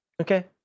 okay